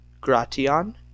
Gratian